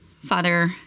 Father